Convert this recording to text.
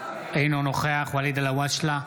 אינו נוכח ואליד אלהואשלה,